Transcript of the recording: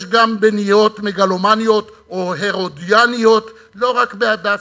יש גם בניות מגלומניות או הרודיאניות לא רק ב"הדסה",